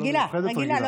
רגילה.